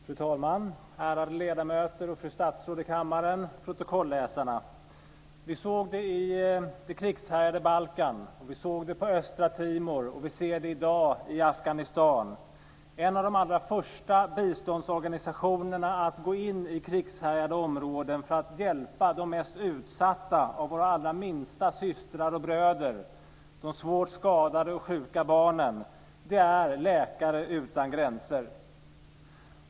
Fru talman! Ärade ledamöter och fru statsråd i kammaren! Protokollsläsarna! Vi såg det i det krigshärjade Balkan, vi såg det i Östtimor och vi ser det i dag i Afghanistan. En av de allra första biståndsorganisationerna att gå in i krigshärjade områden för att hjälpa de mest utsatta av våra allra minsta systrar och bröder, de svårt skadade och sjuka barnen, är Läkare utan gränser.